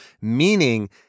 meaning